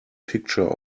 picture